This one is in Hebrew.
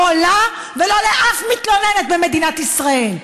לא לה ולא לאף מתלוננת במדינת ישראל.